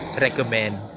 recommend